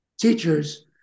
teachers